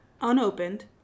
unopened